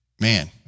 Man